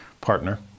partner